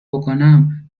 بکنم